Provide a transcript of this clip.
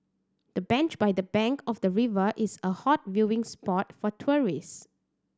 the bench by the bank of the river is a hot viewing spot for tourists